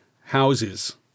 houses